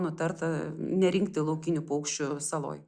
nutarta nerinkti laukinių paukščių saloj